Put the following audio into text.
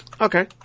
okay